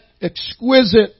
exquisite